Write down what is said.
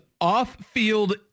off-field